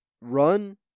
Run